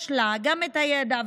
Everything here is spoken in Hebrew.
יש לה גם את הידע,